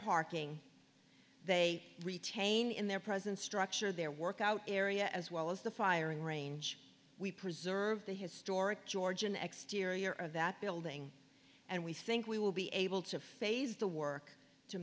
parking they retain in their present structure their workout area as well as the firing range we preserve the historic georgian exteriors of that building and we think we will be able to phase the work to